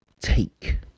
take